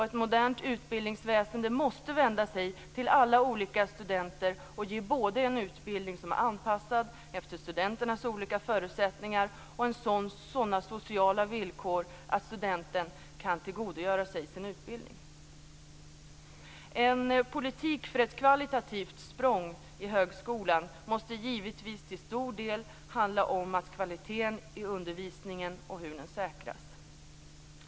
Ett modernt utbildningsväsende måste vända sig till alla olika studenter och ge både en utbildning som är anpassad efter studenternas olika förutsättningar och sådana sociala villkor att studenterna kan tillgodogöra sig utbildningen. En politik för ett kvalitativt språng i högskolan måste givetvis till stor del handla om kvaliteten i undervisningen och hur den säkras.